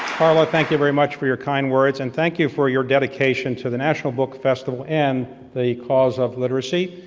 carla, thank you very much for your kind words, and thank you for your dedication to the national book festival, and the cause of literacy.